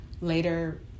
later